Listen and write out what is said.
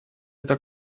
это